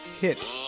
hit